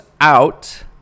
out